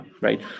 right